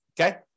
Okay